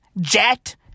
jet